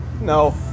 No